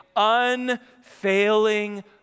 unfailing